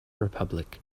republic